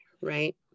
right